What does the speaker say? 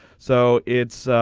so it's.